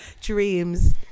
Dreams